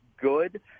good